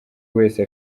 wese